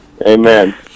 Amen